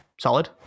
Solid